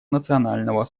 национального